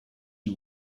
you